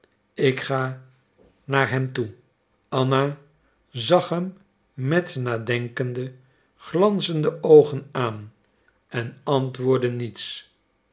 ik ga naar hem toe anna zag hem met nadenkende glanzende oogen aan en antwoordde niets